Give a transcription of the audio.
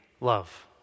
love